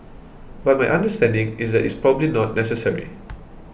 but my understanding is that it's probably not necessary